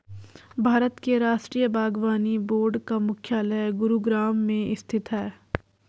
भारत के राष्ट्रीय बागवानी बोर्ड का मुख्यालय गुरुग्राम में स्थित है